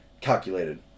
calculated